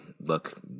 look